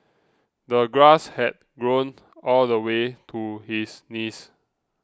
the grass had grown all the way to his knees